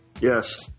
Yes